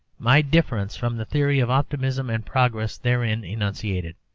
my difference from the theory of optimism and progress therein enunciated.